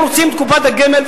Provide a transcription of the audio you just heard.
הם רוצים את קופת הגמל,